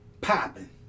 popping